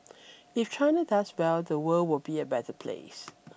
if China does well the world will be a better place